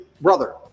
brother